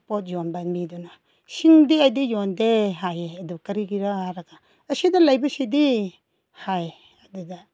ꯄꯣꯠ ꯌꯣꯟꯕ ꯃꯤꯗꯨꯅ ꯁꯤꯡꯗꯤ ꯑꯩꯗꯤ ꯌꯣꯟꯗꯦ ꯍꯥꯏꯌꯦ ꯑꯗꯨ ꯀꯔꯤꯒꯤꯔꯥ ꯍꯥꯏꯔꯒ ꯑꯁꯤꯗ ꯂꯩꯕꯁꯤꯗꯤ ꯍꯥꯏ ꯑꯗꯨꯗ